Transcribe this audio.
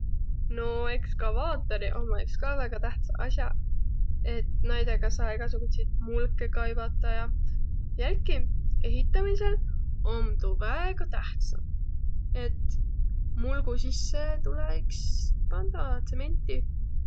No ekskavaatoriq ommaq iks ka väega tähtsäq as'aq. Et naidõga saa egäsugutsit mulkõ kaivata ja. Jälkiq, ehitämisel om tuu väega tähtsä, et mulgu sisse tulõ iks pandaq tsementi.